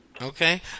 Okay